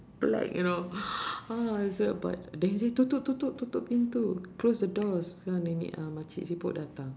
black you know uh say but they say tutup tutup tutup pintu close the doors uh nenek uh makcik siput datang